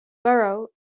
borough